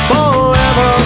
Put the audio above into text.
Forever